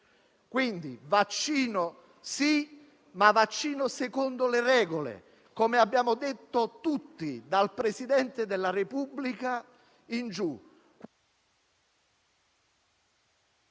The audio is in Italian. Quindi sì al vaccino, ma secondo le regole, come abbiamo detto tutti, dal Presidente della Repubblica in giù,